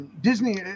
Disney